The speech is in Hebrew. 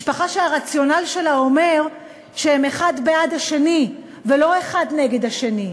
משפחה שהרציונל שלה אומר שהם האחד בעד השני ולא האחד נגד השני,